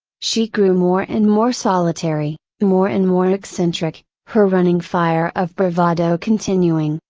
she grew more and more solitary, more and more eccentric, her running fire of bravado continuing,